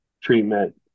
treatment